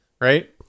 Right